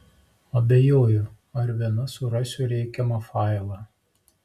abejoju ar viena surasiu reikiamą failą